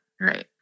Right